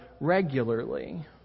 regularly